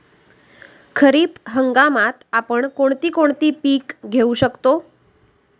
खरीप हंगामात आपण कोणती कोणती पीक घेऊ शकतो?